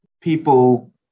people